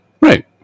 Right